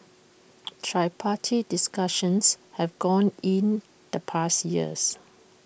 tripartite discussions have gone in the past years